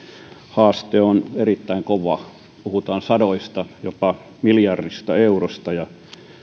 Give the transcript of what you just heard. haaste on erittäin kova puhutaan sadoista miljoonista jopa miljardista eurosta ja